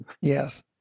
yes